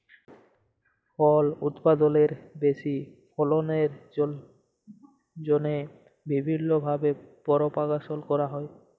ফল উৎপাদলের বেশি ফললের জ্যনহে বিভিল্ল্য ভাবে পরপাগাশল ক্যরা হ্যয়